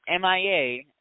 MIA